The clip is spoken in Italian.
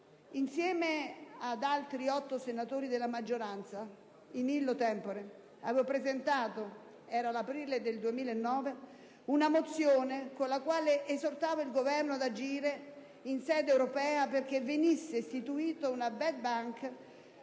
Insieme ad altri otto senatori della maggioranza avevo presentato, nell'aprile 2009, una mozione con la quale esortavo il Governo ad agire in sede europea perché venisse istituita una *bad* *bank*